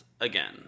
again